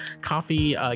coffee